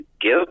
give